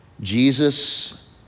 Jesus